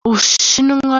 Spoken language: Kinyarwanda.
ubushinwa